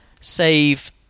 save